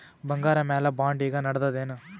ಬಂಗಾರ ಮ್ಯಾಲ ಬಾಂಡ್ ಈಗ ನಡದದೇನು?